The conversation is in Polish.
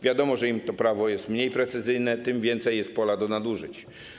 Wiadomo, że im to prawo jest mniej precyzyjne, tym większe jest pole do nadużyć.